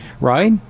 right